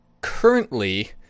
currently